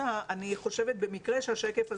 אני חושבת שהשקף הזה,